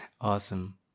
Awesome